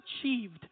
achieved